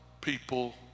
people